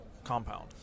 compound